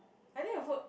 I think the food